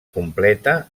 completa